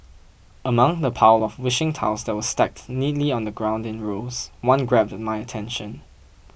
among the pile of wishing tiles that were stacked neatly on the ground in rows one grabbed my attention